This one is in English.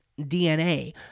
DNA